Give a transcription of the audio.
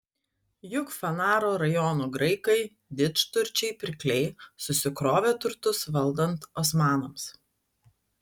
juk fanaro rajono graikai didžturčiai pirkliai susikrovė turtus valdant osmanams